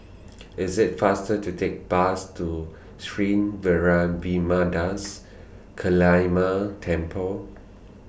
IS IT faster to Take Bus to Sri Vairavimada's Kaliamman Temple